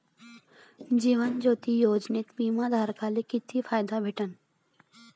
जीवन ज्योती योजनेत बिमा धारकाले किती फायदा भेटन?